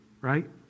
right